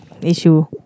Issue